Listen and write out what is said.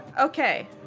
Okay